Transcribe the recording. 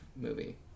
movie